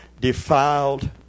defiled